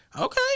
Okay